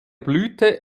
blüte